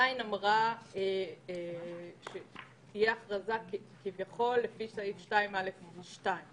אמרה שתהיה הכרזה לפי סעיף 2(א)(2).